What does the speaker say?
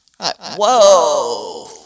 Whoa